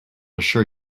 assure